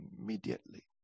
immediately